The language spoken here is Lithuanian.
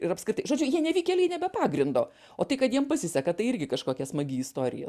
ir apskritai žodžiu jie nevykėliai ne be pagrindo o tai kad jiem pasiseka tai irgi kažkokia smagi istorija